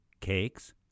cakes